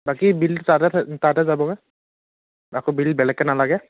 বাকী বিলটো তাতে তাতে যাবগৈ আকৌ বিল বেলেগকৈ নালাগে